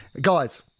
Guys